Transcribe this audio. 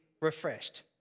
refreshed